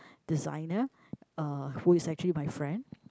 designer uh who is actually my friend